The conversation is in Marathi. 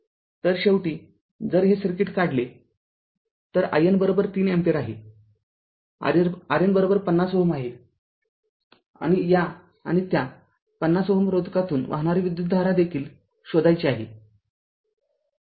तर शेवटीजर हे सर्किट काढले तर IN ३ अँपिअर आहे RN ५० Ω आहे आणि या आणि त्या ५० Ω रोधकातून वाहणारी विद्युतधारा देखील शोधायची आहे